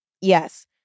Yes